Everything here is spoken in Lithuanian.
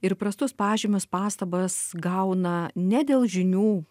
ir prastus pažymius pastabas gauna ne dėl žinių